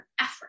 effort